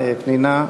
פנינה.